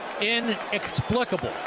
Inexplicable